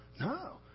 No